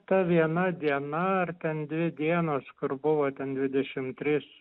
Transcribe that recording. ta viena diena ar ten dvi dienos kur buvo ten dvidešim trys